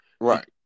Right